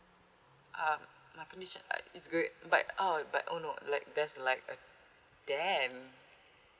um my condition uh is good but uh but oh no like there's like a dent